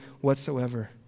whatsoever